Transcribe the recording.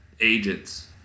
agents